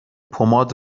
پماد